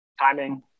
Timing